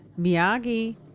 Miyagi